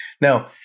Now